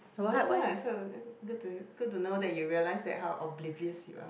good lah so good to good to know that you realized that how oblivious you are